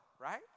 right